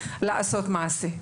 לעשות מעשה.